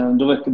dove